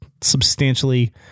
substantially